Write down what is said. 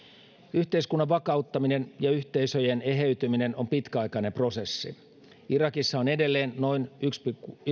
yhteiskunnan vakauttaminen ja yhteisöjen eheytyminen on pitkäaikainen prosessi irakissa on edelleen noin yksi